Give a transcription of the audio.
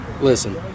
Listen